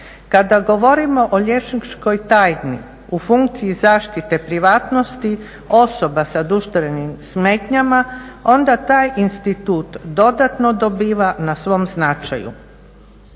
Kada govorimo o liječničkoj tajni u funkciji zaštite privatnosti osoba sa duševnim smetnjama onda taj institut dodatno dobiva na svom značaju.